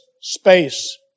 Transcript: space